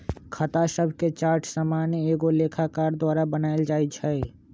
खता शभके चार्ट सामान्य एगो लेखाकार द्वारा बनायल जाइ छइ